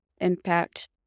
impact